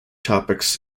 topics